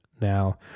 Now